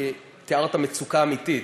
כי תיארת מצוקה אמיתית: